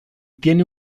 tiene